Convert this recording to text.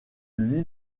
lui